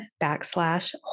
backslash